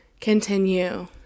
continue